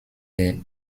der